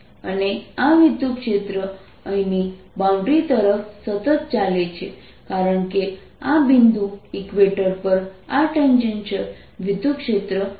અને આ વિદ્યુતક્ષેત્ર અહીંની બાઉન્ડ્રી તરફ સતત ચાલે છે કારણ કે આ બિંદુ ઇક્વેટર પર આ ટેન્જેન્શલ વિદ્યુતક્ષેત્ર છે